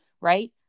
right